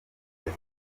muri